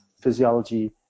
physiology